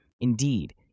Indeed